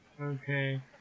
Okay